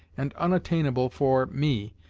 and unattainable for, me,